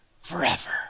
forever